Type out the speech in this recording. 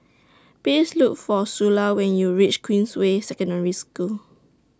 Please Look For Sula when YOU REACH Queensway Secondary School